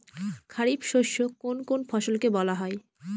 খারিফ শস্য কোন কোন ফসলকে বলা হয়?